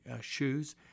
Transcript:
shoes